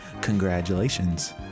Congratulations